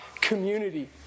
community